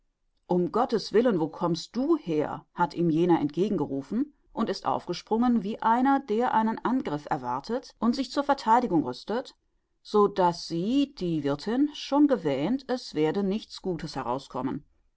um gottes willen wo kommst du her hat ihm jener entgegengerufen und ist aufgesprungen wie einer der einen angriff erwartet und sich zur vertheidigung rüstet so daß sie die wirthin schon gewähnt es werde nichts gutes herauskommen